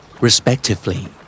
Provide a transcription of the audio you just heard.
Respectively